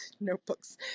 notebooks